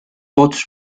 pots